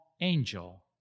angel